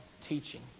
teaching